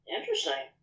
Interesting